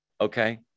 Okay